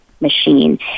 machine